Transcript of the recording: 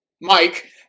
Mike